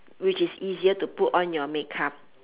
which is easier to put on your makeup